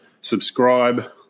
subscribe